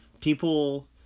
people